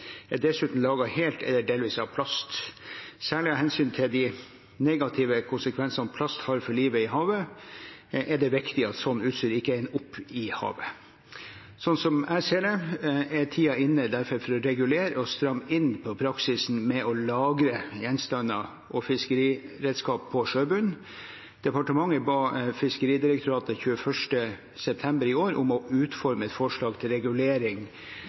er dessuten laget helt eller delvis av plast. Særlig av hensyn til de negative konsekvensene plast har for livet i havet, er det viktig at sånt utstyr ikke ender opp i havet. Slik jeg ser det, er tiden derfor inne for å regulere og stramme inn på praksisen med å lagre gjenstander og fiskeredskaper på sjøbunnen. Den 21. september i år ba departementet Fiskeridirektoratet om å utforme et forslag til regulering